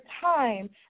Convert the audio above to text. time